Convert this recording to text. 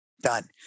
Done